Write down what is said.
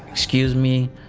excuse me.